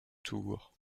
tours